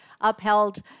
upheld